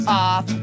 off